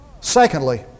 Secondly